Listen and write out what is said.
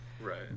Right